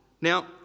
Now